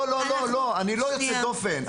אני לא יוצא דופן.